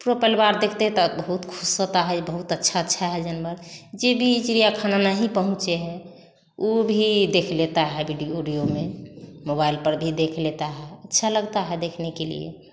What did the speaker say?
pro Paliwal देखते तो बहुत खुश होता बहुत अच्छा अच्छा है जानवर जी जी चिड़ियाखाना नहीं पहुँचे हैं ऊ भी देख लेता है वीडियो उडियो में में मोबाइल पर भी देख लेता है अच्छा लगता है देखने के लिए